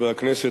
חברי הכנסת,